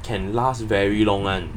can last very long [one]